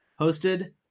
hosted